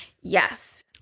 Yes